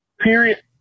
Period